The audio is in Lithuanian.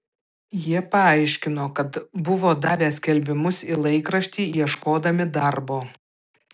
jie paaiškino kad buvo davę skelbimus į laikraštį ieškodami darbo